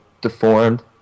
deformed